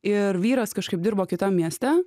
ir vyras kažkaip dirbo kitam mieste